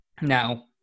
Now